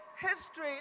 history